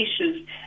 issues